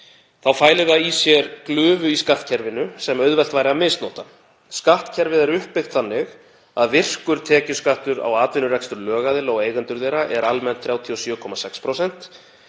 þá fæli það í sér glufu í skattkerfinu sem auðvelt væri að misnota. Skattkerfið er uppbyggt þannig að virkur tekjuskattur á atvinnurekstur lögaðila og eigendur þeirra er almennt 37,6%.